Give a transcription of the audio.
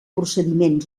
procediment